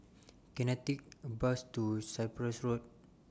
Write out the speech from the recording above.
Can I Take A Bus to Cyprus Road